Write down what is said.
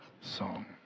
song